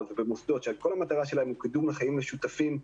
ובמוסדות שכל המטרה שלהם היא קידום לחיים משותפים,